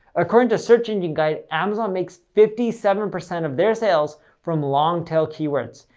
according to search engine guide, amazon makes fifty seven percent of their sales from long-tail keywords.